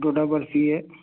دوڈا برفی ہے